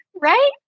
right